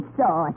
saw